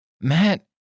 Matt